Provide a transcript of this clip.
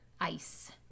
Ice